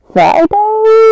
Friday